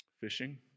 fishing